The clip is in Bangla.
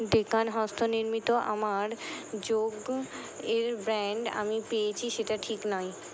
ডেকান হস্ত নির্মিত আমার যোগ এর ব্র্যান্ড আমি পেয়েছি সেটা ঠিক নাই